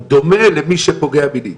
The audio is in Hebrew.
הוא דומה למי שפוגע מינית,